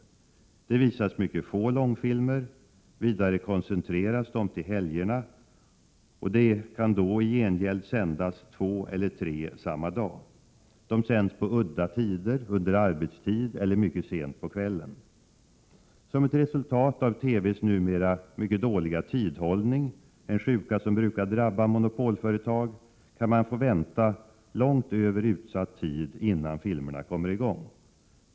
Det visas mycket få långfilmer. Vidare koncentreras de till helgerna, då det i gengäld kan sändas två eller t.o.m. tre samma dag. De sänds på udda tider, under arbetstid eller mycket sent på kvällen. Som ett resultat av TV:s numera mycket dåliga tidhållning — en sjuka som brukar drabba monopolföretag — kan man få vänta långt över utsatt tid innan filmerna kommer i gång.